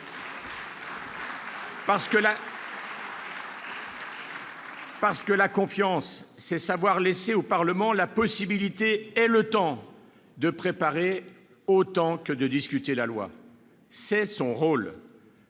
en oeuvre la confiance, c'est savoir laisser au Parlement la possibilité et le temps de préparer autant que de discuter la loi. C'est son rôle.